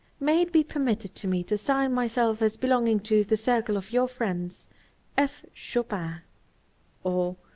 may it be permitted to me to sign myself as belonging to the circle of your friends f. chopin or,